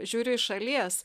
žiūriu iš šalies